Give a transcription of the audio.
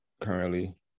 currently